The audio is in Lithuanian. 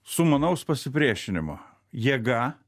sumanaus pasipriešinimo jėga